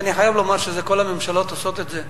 ואני חייב לומר שכל הממשלות עושות את זה,